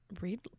read